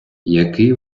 який